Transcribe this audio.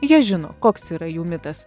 jie žino koks yra jų mitas